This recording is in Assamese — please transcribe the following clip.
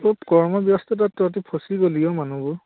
খুব কৰ্ম ব্যস্ততাত তহঁত ফঁচি গ'লি অ' মানুহবোৰ